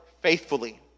faithfully